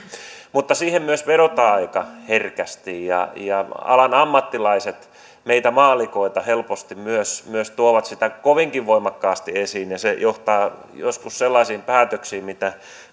mutta siihen myös vedotaan aika herkästi ja ja alan ammattilaiset meille maallikoille helposti myös myös tuovat sitä kovinkin voimakkaasti esiin ja se johtaa joskus sellaisiin päätöksiin mitkä